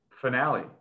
finale